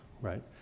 right